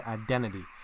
identity